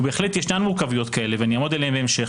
ובהחלט ישנן מורכבויות כאלה, שאעמוד עליהן בהמשך,